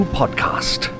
podcast